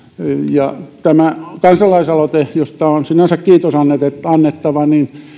ja kansalaisaloite josta on sinänsä kiitos annettava